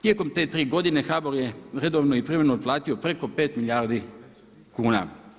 Tijekom te tri godine HBOR je redovno i privremeno otplatio preko 5 milijardi kuna.